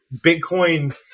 Bitcoin